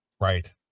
Right